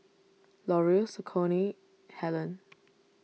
L'Oreal Saucony Helen